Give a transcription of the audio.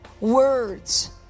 WORDS